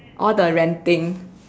all the ranting